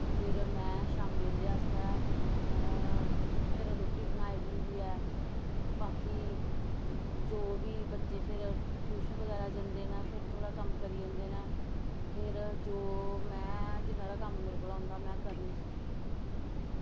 फिर मैं शाम्मी उं'दे आस्तै फिर रुट्टी बनाई दी होंदी ऐ बाकि जो बी बच्चे फिर टयूशन बगैरा जंदे नै फिर थोह्ड़ा कम्म करी जंदे नै फिर जो में जिन्ना हारा कम्म मेरे कोला होंदे में करनी होन्नी